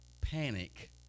panic